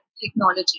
technology